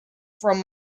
from